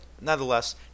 nonetheless